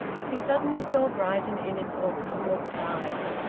he suddenly saw brighton in its autumnal pride,